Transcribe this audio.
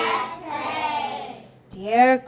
Dear